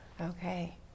Okay